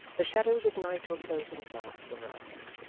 the shadows of night were closing fast around,